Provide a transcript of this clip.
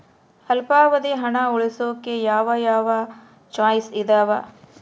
ಅಲ್ಪಾವಧಿ ಹಣ ಉಳಿಸೋಕೆ ಯಾವ ಯಾವ ಚಾಯ್ಸ್ ಇದಾವ?